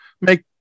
make